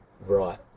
right